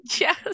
Yes